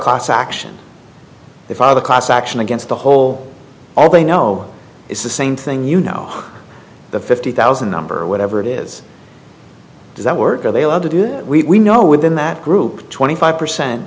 class action the father class action against the whole all they know is the same thing you know the fifty thousand number whatever it is does that work are they allowed to do that we know within that group twenty five percent